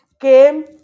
came